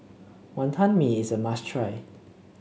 Wonton Mee is a must try